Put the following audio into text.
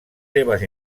seves